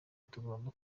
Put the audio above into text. tugomba